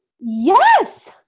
Yes